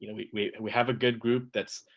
you know we we have a good group that's